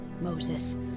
Moses